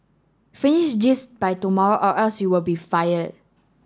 finish this by tomorrow or else you'll be fire